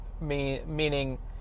meaning